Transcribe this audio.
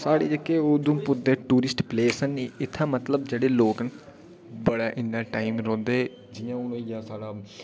साढ़े जेह्के उधमपुर दे टूरिस्ट प्लेस न इत्थै मतलब जेह्ड़े लोक न बड़े इन्ने टाइम रौंह्दे जि'यां होई गेआ साढ़ा हून